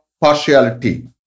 partiality